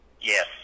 Yes